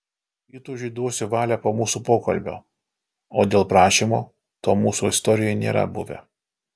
įtūžiui duosiu valią po mūsų pokalbio o dėl prašymo to mūsų istorijoje nėra buvę